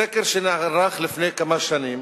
בסקר שנערך לפני כמה שנים